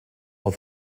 are